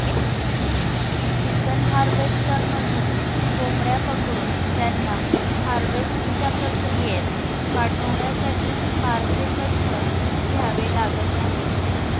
chicken हार्वेस्टरमधून कोंबड्या पकडून त्यांना हार्वेस्टच्या प्रक्रियेत पाठवण्यासाठी फारसे कष्ट घ्यावे लागत नाहीत